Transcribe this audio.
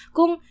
Kung